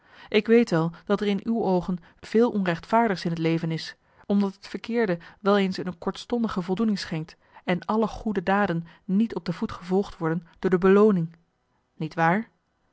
ik weet wel dat er in uw oogen veel onrechtvaardigs in het leven is omdat het verkeerde wel eens een kortstondige voldoening schenkt en alle goede daden niet op de voet gevolgd worden door de belooning nietwaar maar